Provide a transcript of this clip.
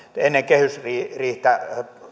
ennen kehysriihtä